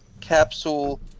capsule